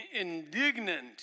indignant